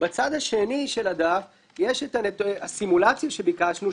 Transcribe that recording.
בצד השני של הדף יש את הסימולציה שביקשנו,